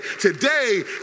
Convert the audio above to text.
today